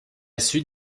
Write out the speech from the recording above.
suite